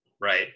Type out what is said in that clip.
Right